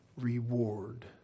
reward